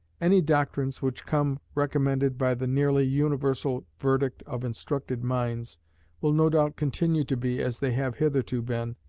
any doctrines which come recommended by the nearly universal verdict of instructed minds will no doubt continue to be, as they have hitherto been,